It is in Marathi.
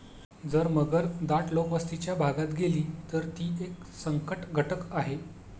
जर मगर दाट लोकवस्तीच्या भागात गेली, तर ती एक संकटघटक आहे